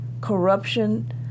corruption